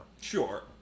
Sure